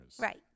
Right